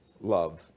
love